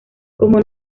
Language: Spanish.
como